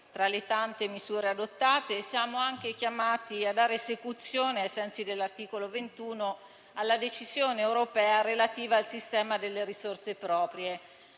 tra le tante misure adottate, siamo anche chiamati a dare esecuzione, ai sensi dell'articolo 21, alla decisione europea relativa al sistema delle risorse proprie,